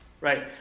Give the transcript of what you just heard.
Right